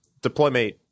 Deploymate